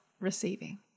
receiving